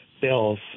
bills